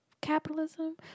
Capitalism